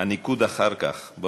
הניקוד אחר כך, בוא